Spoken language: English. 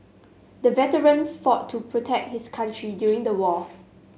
the veteran fought to protect his country during the war